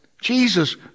Jesus